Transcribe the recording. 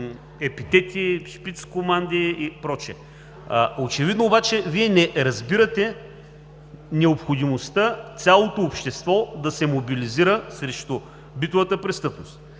епитети, „шпицкоманди“ и прочее. Очевидно е обаче, че Вие не разбирате необходимостта цялото общество да се мобилизира срещу битовата престъпност.